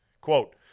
Quote